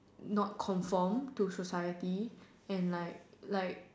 not conform to society and like like